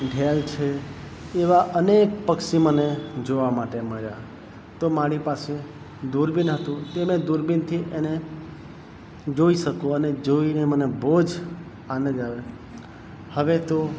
ઢેલ છે એવા અનેક પક્ષી મને જોવા માટે મળ્યા તો મારી પાસે દૂરબીન હતું તે મેં દૂરબીનથી એને જોઈ શકું અને જોઇને મને બહુ જ આનંદ આવે હવે તો